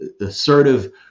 assertive